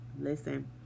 Listen